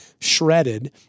shredded